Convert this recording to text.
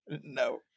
No